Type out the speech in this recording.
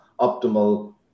optimal